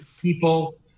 People